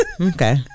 Okay